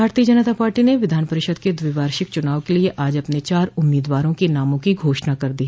भारतीय जनता पार्टी ने विधान परिषद के द्विवार्षिक चूनाव के लिए आज अपने चार उम्मीदवारों के नामों की घोषणा कर दी